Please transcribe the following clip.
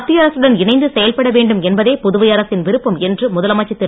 மத்திய அரசுடன் இணைந்து செயல்பட வேண்டும் என்பதே புதுவை அரசின் விருப்பம் என்று முதலமைச்சர் திரு